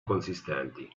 consistenti